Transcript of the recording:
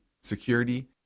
security